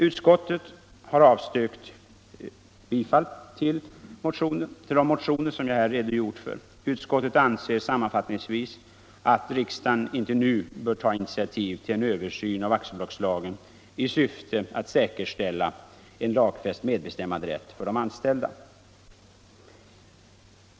Utskottet har avstyrkt bifall till de motioner som jag här redogjort för och anser sammanfattningsvis att riksdagen inte nu bör ta initiativ till en översyn av aktiebolagslagen i syfte att säkerställa en lagfäst medbestämmanderätt för de anställda.